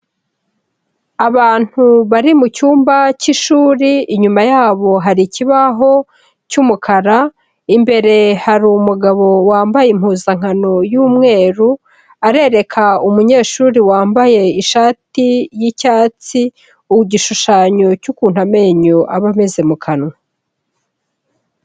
Abantu bari mu cyumba cy'ishuri, inyuma yabo hari ikibaho cy'umukara, imbere hari umugabo wambaye impuzankano y'umweru, arereka umunyeshuri wambaye ishati y'icyatsi igishushanyo cy'ukuntu amenyo aba ameze mu kanwa.